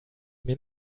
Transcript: mir